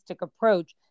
approach